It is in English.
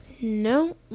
No